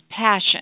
passion